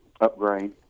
upgrade